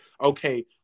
okay